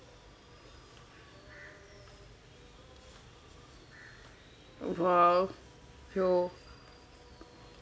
!wow! yo